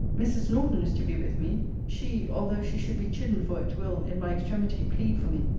mrs. norton is to be with me she, although she should be chidden for it, will, in my extremity, plead for me.